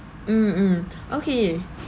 mm mm okay